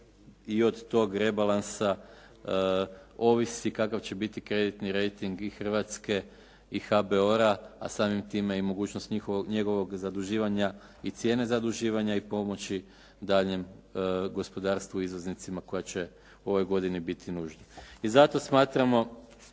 i od tog rebalansa ovisi kakav će biti kreditni rejting i Hrvatske i HBOR-a a samim time i mogućnost njegovog zaduživanja i cijene zaduživanja i pomoći daljnjem gospodarstvu i izvoznicima koje će u ovoj godini biti nužni. I zato smatramo